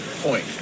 point